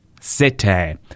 City